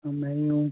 हां मैं ही आं